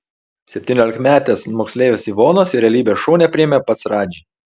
septyniolikmetės moksleivės ivonos į realybės šou nepriėmė pats radži